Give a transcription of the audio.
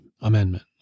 Amendment